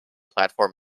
platform